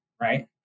right